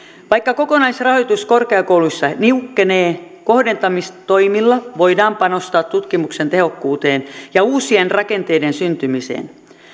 vaikka kokonaisrahoitus korkeakouluissa niukkenee kohdentamistoimilla voidaan panostaa tutkimuksen tehokkuuteen ja uusien rakenteiden syntymiseen